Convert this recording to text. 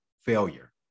failure